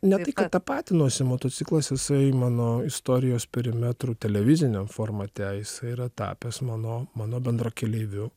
ne tai kad tapatinuosi motociklas jisai mano istorijos perimetrų televiziniam formate isai yra tapęs mano mano bendrakeleiviu